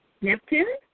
Neptune